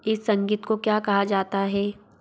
इस संगीत को क्या कहा जाता है